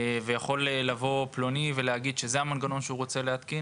ויכול לבוא פלוני ולהגיד שהוא רוצה את המנגנון